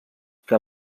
que